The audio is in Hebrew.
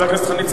חבר הכנסת חנין,